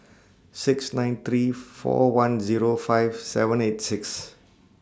six nine three four one Zero five seven eight six